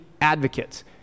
advocates